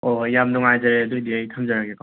ꯍꯣꯏ ꯍꯣꯏ ꯌꯥꯝ ꯅꯨꯡꯉꯥꯏꯖꯔꯦ ꯑꯗꯨꯑꯣꯏꯗꯤ ꯑꯩ ꯊꯝꯖꯔꯒꯦꯀꯣ